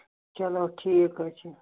چلو ٹھیٖک حظ چھُ